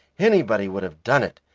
anybody would have done it.